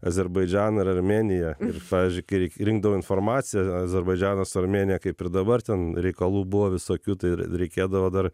azerbaidžaną ir armėniją ir pavyzdžiui kai rinkdavau informaciją azerbaidžanas armėnija kaip ir dabar ten reikalų buvo visokių ir reikėdavo dar